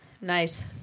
Nice